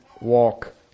walk